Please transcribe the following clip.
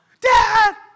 Dad